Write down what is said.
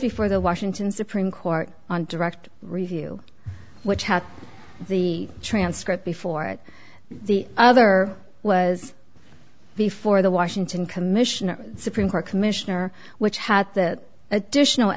before the washington supreme court on direct review which had the transcript before it the other was before the washington commission or supreme court commissioner which had the additional